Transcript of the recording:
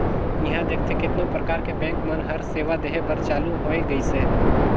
इहां देखथे केतनो परकार के बेंक मन हर सेवा देहे बर चालु होय गइसे